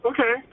Okay